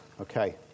Okay